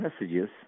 messages